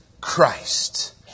Christ